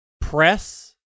press